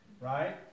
right